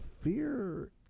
fear